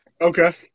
Okay